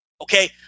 Okay